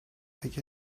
اگه